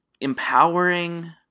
empowering